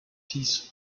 piece